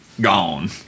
gone